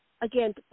Again